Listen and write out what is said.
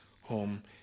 home